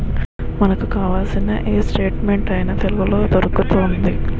మనకు కావాల్సిన ఏ స్టేట్మెంట్ అయినా తెలుగులో కూడా దొరుకుతోంది